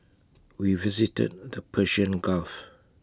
we visited the Persian gulf